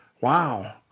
Wow